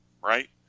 right